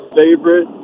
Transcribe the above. favorite